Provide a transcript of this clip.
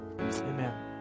Amen